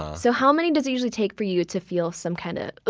so how many does it usually take for you to feel some kind of?